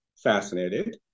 fascinated